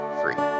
free